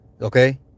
okay